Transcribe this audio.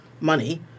money